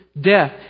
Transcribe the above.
death